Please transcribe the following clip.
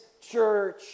church